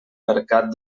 mercat